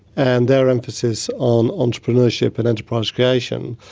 and their emphasis on entrepreneurship and enterprise creation.